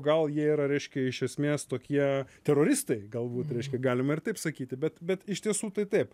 gal jie yra reiškia iš esmės tokie teroristai galbūt reiškia galima ir taip sakyti bet bet iš tiesų tai taip